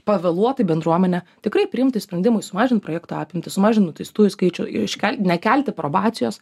pavėluotai bendruomenė tikrai priimti sprendimui sumažint projekto apimtį sumažint nuteistųjų skaičių ir iškel nekelti probacijos